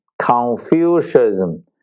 Confucianism